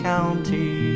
County